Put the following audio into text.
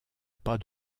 pas